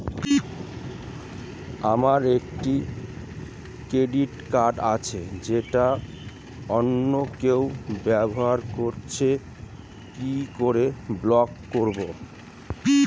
আমার একটি credit card আছে যেটা অন্য কেউ ব্যবহার করছে কি করে ব্লক করবো?